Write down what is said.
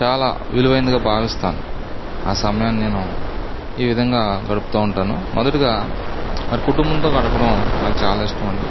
చాలా విలువైందిగా భావిస్తాను ఆ సమయాన్ని నేను ఈ విధంగా గడుపుతూ ఉంటాను మొదటిగా మరి కుటుంబంతో గడపడం నాకు చాలా ఇష్టమండి